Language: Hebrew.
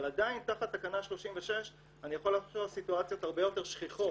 אבל עדיין תחת תקנה 36 אני יכול --- סיטואציות הרבה יותר שכיחות